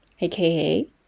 AKA